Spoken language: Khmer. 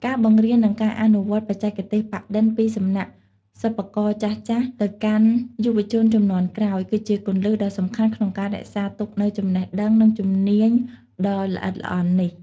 ការបង្រៀន និងការអនុវត្តបច្ចេកទេសប៉ាក់-ឌិន ពីសំណាក់ សិប្បករចាស់ៗ ទៅកាន់ យុវជនជំនាន់ក្រោយ គឺជាគន្លឹះដ៏សំខាន់ក្នុងការរក្សាទុកនូវ ចំណេះដឹង និងជំនាញដ៏ល្អិតល្អន់ នេះ។